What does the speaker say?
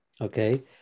Okay